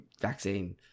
vaccine